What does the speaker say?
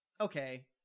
okay